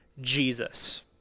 Jesus